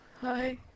Hi